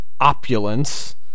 opulence